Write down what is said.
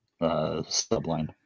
subline